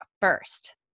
first